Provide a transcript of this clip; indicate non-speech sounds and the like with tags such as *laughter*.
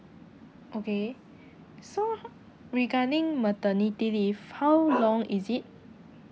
okay so ho~ regarding maternity leave how *noise* long is it